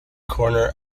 corner